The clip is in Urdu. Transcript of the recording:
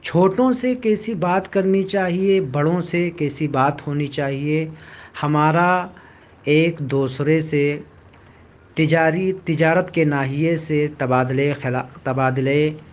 چھوٹوں سے کیسی بات کرنی چاہیے بڑوں سے کیسی بات ہونی چاہیے ہمارا ایک دوسرے سے تجارتی تجارت کے ناہیے سے تبادلہ خلا تبادلے